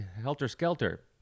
helter-skelter